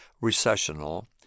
Recessional